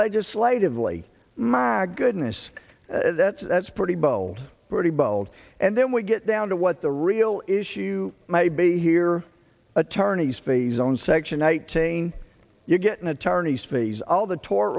legislatively my goodness that's that's pretty bold pretty bold and then we get down to what the real issue may be here attorney's fees on section eight saying you're getting attorney's fees all the tort